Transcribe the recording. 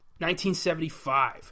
1975